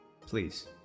please